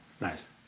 Nice